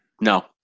No